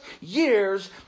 years